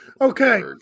Okay